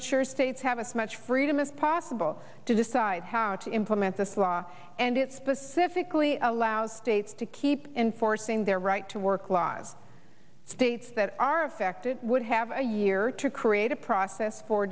ensure states have us much freedom as possible to decide how to implement this law and it specifically allows states to keep enforcing their right to work laws states that are affected would have a year to create a process for